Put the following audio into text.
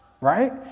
right